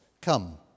Come